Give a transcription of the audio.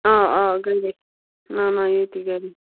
آ آ گَرے نہَ نہَ ییٚتی گَری